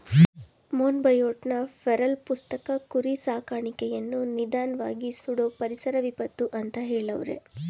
ಮೊನ್ಬಯೋಟ್ನ feral ಪುಸ್ತಕ ಕುರಿ ಸಾಕಾಣಿಕೆಯನ್ನು ನಿಧಾನ್ವಾಗಿ ಸುಡೋ ಪರಿಸರ ವಿಪತ್ತು ಅಂತ ಹೆಳವ್ರೆ